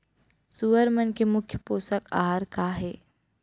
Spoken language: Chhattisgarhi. सुअर मन के मुख्य पोसक आहार का हे?